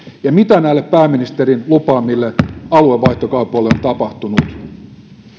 ja mitä näille pääministerin lupaamille aluevaihtokaupoille on tapahtunut